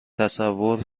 تصور